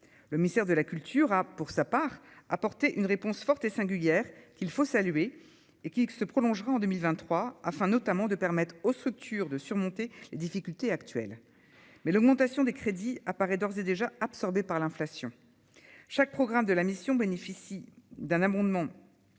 le mystère de la culture, a pour sa part, apporter une réponse forte et singulière, il faut saluer et qui se prolongera en 2023, afin notamment de permettre aux structures de surmonter les difficultés actuelles, mais l'augmentation des crédits apparaît d'ores et déjà absorbées par l'inflation, chaque programme de la mission bénéficie d'un amendement